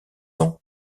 ans